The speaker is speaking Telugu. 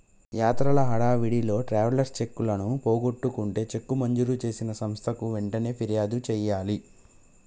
యాత్రల హడావిడిలో ట్రావెలర్స్ చెక్కులను పోగొట్టుకుంటే చెక్కు మంజూరు చేసిన సంస్థకు వెంటనే ఫిర్యాదు చేయాలి